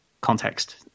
context